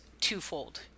twofold